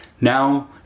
Now